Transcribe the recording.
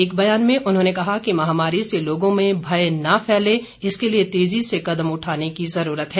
एक बयान में उन्होंने कहा कि महामारी से लोगों में भय न फैले इसके लिए तेजी से कदम उठाने की ज़रूरत है